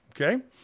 okay